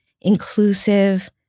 inclusive